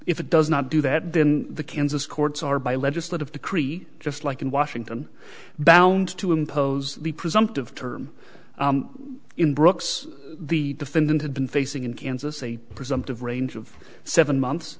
if it does not do that then the kansas courts are by legislative decree just like in washington bound to impose the presumptive term in brook's the defendant had been facing in kansas a presumptive range of seven months